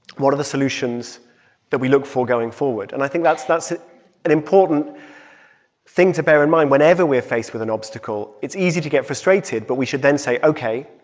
what are the solutions that we look for going forward? and i think that's that's an important thing to bear in mind whenever we're faced with an obstacle. it's easy to get frustrated, but we should then say, ok,